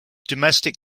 domestic